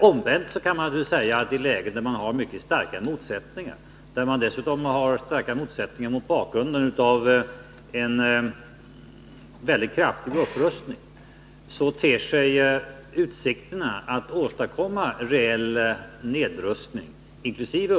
Omvänt kan man naturligtvis säga att i lägen där det råder mycket starka motsättningar, bl.a. mot bakgrunden av en väldigt kraftig upprustning, ter sig utsikterna att åstadkomma reell nedrustning inkl.